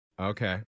Okay